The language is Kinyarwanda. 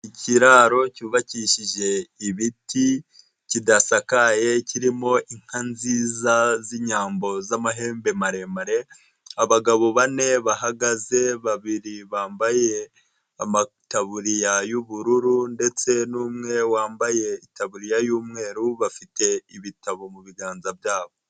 Ikiraro cyubakishije ibiti kidasakaye kirimo inka nziza z'inyambo z'amahembe maremare, abagabo bane bahagaze babiri bambaye amataburiya y'ubururu ndetse n'umwe wambaye itaburiya y'umweru bafite ibitabo mu biganza byabo.